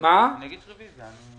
אני אגיש רביזיה.